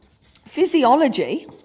physiology